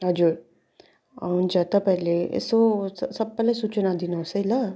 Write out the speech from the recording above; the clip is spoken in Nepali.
हजुर हुन्छ तपाईँहरूले यसो सबैलाई सूचना दिनुहोस् है ल